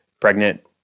pregnant